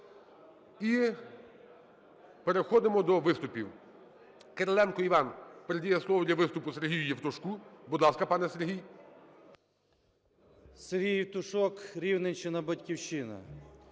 І переходимо до виступів. Кириленко Іван передає слово для виступу СергіюЄвтушку. Будь ласка, пане Сергій. 10:09:19 ЄВТУШОК С.М. СергійЄвтушок, Рівненщина, "Батьківщина".